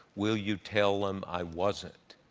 will you tell them i wasn't?